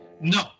No